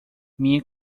minha